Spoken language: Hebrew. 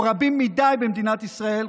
או רבים מדי במדינת ישראל,